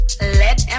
Let